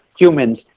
humans